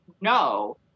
No